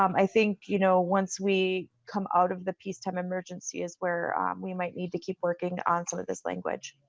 um i think you know once we come out of the peacetime emergency s where are we might need to keep working on some of this language.